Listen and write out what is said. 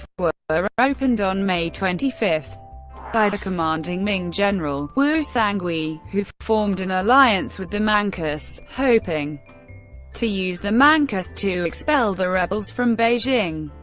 were opened on may twenty five by the commanding ming general, wu sangui, who formed an alliance with the manchus, hoping to use the manchus to expel the rebels from beijing.